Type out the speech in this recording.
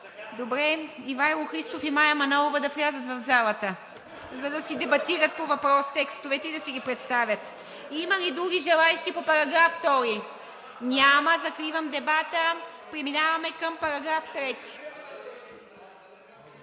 Добре, Ивайло Христов и Мая Манолова да влязат в залата, за да си дебатират текстовете и да си ги представят. Има ли други желаещи по § 2? Няма. Закривам дебата. Преминаваме към § 3.